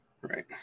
right